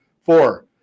Four